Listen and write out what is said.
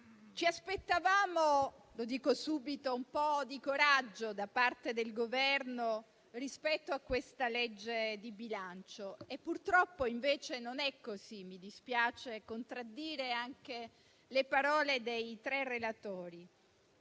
Ci aspettavamo - lo dico subito - un po' di coraggio da parte del Governo rispetto a questo disegno di legge di bilancio e purtroppo non c'è stato. Mi dispiace dover contraddire anche le parole dei tre relatori.